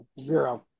Zero